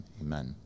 Amen